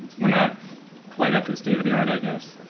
were not quite up to state of the art i guess.